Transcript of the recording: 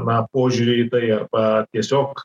na požiūrį į tai arba tiesiog